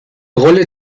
rolle